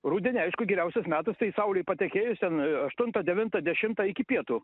rudenį aišku geriausias metas tai saulei patekėjus ten aštuntą devintą dešimtą iki pietų